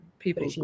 people